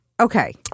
Okay